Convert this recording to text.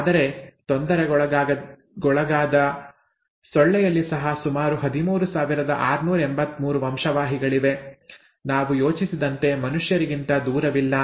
ಆದರೆ ತೊಂದರೆಗೊಳಗಾದ ಸೊಳ್ಳೆಯಲ್ಲಿ ಸಹ ಸುಮಾರು 13683 ವಂಶವಾಹಿಗಳಿವೆ ನಾವು ಯೋಚಿಸಿದಂತೆ ಮನುಷ್ಯರಿಗಿಂತ ದೂರವಿಲ್ಲ